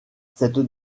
cette